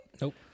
Nope